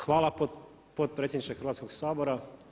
Hvala potpredsjedniče Hrvatskog sabora.